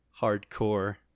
hardcore